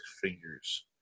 figures